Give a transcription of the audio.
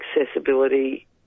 accessibility